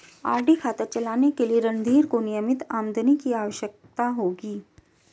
RD खाता चलाने के लिए रणधीर को नियमित आमदनी की आवश्यकता होगी